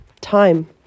time